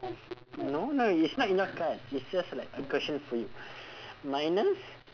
no no it's not in your card it's just like a question for you minus